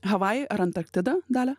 havajai ar antarktida dalia